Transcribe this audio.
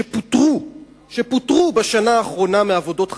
שפוטרו בשנה האחרונה מעבודות חקלאיות,